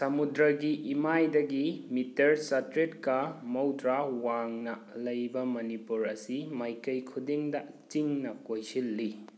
ꯁꯃꯨꯗ꯭ꯔꯒꯤ ꯏꯃꯥꯏꯗꯒꯤ ꯃꯤꯇꯔ ꯆꯥꯇ꯭ꯔꯦꯠ ꯀ ꯃꯧꯗ꯭ꯔꯥ ꯋꯥꯡꯅ ꯂꯩꯕ ꯃꯅꯤꯄꯨꯔ ꯑꯁꯤ ꯃꯥꯏꯀꯩ ꯈꯨꯗꯤꯡꯗ ꯆꯤꯟꯅ ꯀꯣꯏꯁꯤꯜꯂꯤ